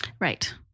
Right